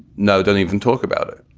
no, don't even talk about it.